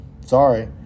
Sorry